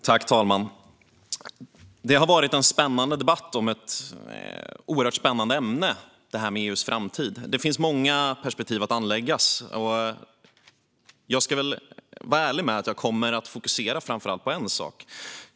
Fru talman! Det har varit en spännande debatt om ett oerhört spännande ämne, nämligen EU:s framtid. Det finns många perspektiv att anlägga, och jag ska vara ärlig med att jag kommer att fokusera på framför allt en sak.